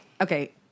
okay